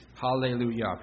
Hallelujah